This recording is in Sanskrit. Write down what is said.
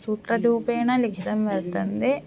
सूत्ररूपेण लिखितं वर्तन्ते